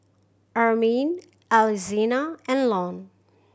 Armin Alexina and Lon